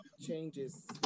changes